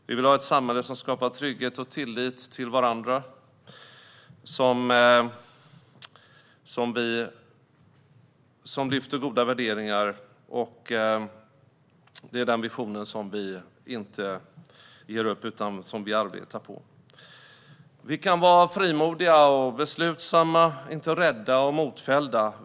Vi vill ha ett samhälle som skapar trygghet och tillit till varandra och lyfter fram goda värderingar. Den visionen ger vi inte upp utan arbetar på. Vi kan vara frimodiga och beslutsamma, inte rädda och modfällda.